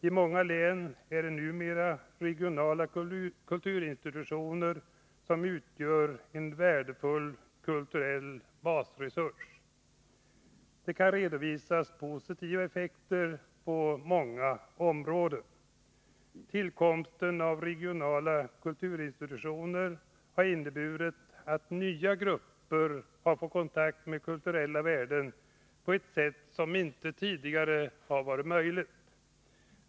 I många län utgör numera regionala kulturinstitutioner en värdefull kulturell basresurs, och positiva effekter kan redovisas på många områden. Tillkomsten av regionala kulturinstitutioner har inneburit att nya grupper har fått kontakt med kulturella värden på ett sätt som tidigare inte var möjligt.